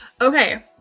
Okay